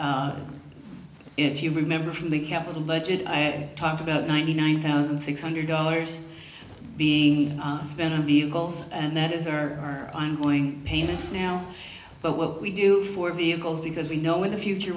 if you remember from the capital budget i talked about ninety nine thousand six hundred dollars being spent on the locals and that is our ongoing pain it's now but what we do for vehicles because we know where the future